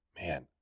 man